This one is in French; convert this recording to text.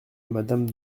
madame